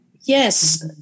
Yes